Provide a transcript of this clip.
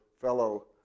fellow